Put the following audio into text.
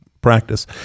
practice